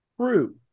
True